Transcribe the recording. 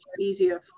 easier